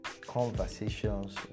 Conversations